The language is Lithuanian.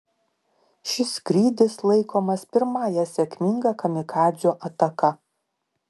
šis skrydis laikomas pirmąja sėkminga kamikadzių ataka